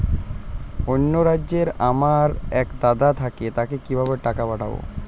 অন্য রাজ্যে আমার এক দাদা থাকে তাকে কিভাবে টাকা পাঠাবো?